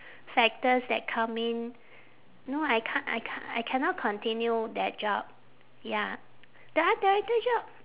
factors that come in no I c~ I c~ I cannot continue that job ya the art director job